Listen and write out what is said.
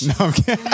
Okay